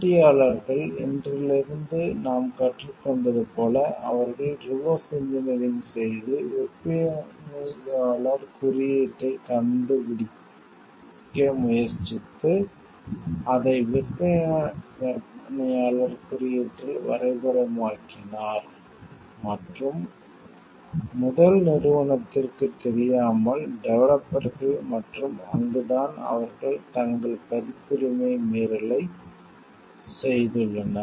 போட்டியாளர்கள் இன்றிலிருந்து நாம் கற்றுக்கொண்டது போல அவர்கள் ரிவர்ஸ் இன்ஜினியரிங் செய்து விற்பனையாளர் குறியீட்டைக் கண்டுபிடிக்க முயற்சித்து அதை விற்பனையாளர் குறியீட்டில் வரைபடமாக்கினர் மற்றும் முதல் நிறுவனத்திற்கு தெரியாமல் டெவலப்பர்கள் மற்றும் அங்குதான் அவர்கள் தங்கள் பதிப்புரிமை மீறலை செய்துள்ளனர்